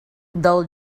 del